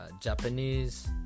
Japanese